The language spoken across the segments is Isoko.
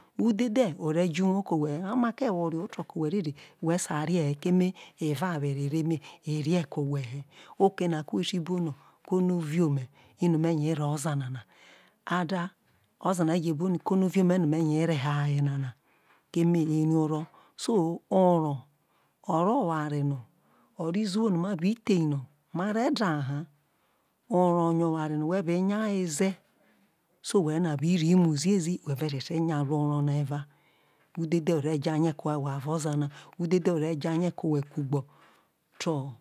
udhe dhe ore jo uwo ke owehe omake wo ore ho oto ke owhe dede we sai rie he kame evawere re eme ere ko owhe he oke na ko who ti bo no ono viome ino me nya ye reho oza na na either oza ove je bo no ono vi ome no me he reho aye nana keme ere oro oro izuwo no ma bi the no ma re daha oro yo oware no whe be nya weze so we re na bi ri mu ziezi whe titi nya ruo oro na eva udhe dhe ore jaye ko owhe avo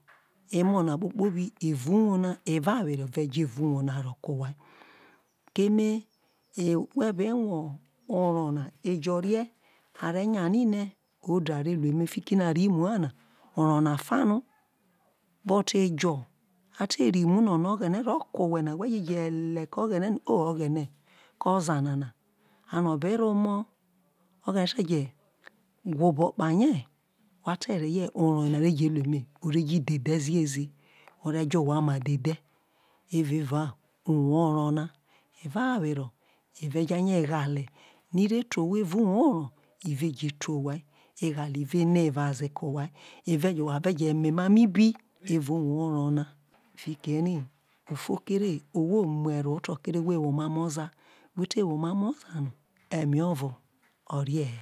emo na kpokpobi evao uwo na evawere re jo evao uwo na evawere jo evao uwo na ro ke owhe keme no whe be nwe oro na ejo rie are nya nine ode are im eme fikino arimu hana oro na fano but ejo a te rimu no ono oghene ke owhe na whe je le ke oghene no o oghene oza nana ono one re ho ome oghene teje gwo obo kpahie ote reye oro ye na ore lu eme ore jo dhe ziezi ore jo owia oma dhe dhe evao uwo oro na eva were ere je ye ghali ine re te owhe evao uwo oro ere je to owhe eghale ere jo wha re je mo emamo ibi evao uwo oro na fikino ere ufo kere owho umu eroho oto kere owho owo omamo oza we oro orie he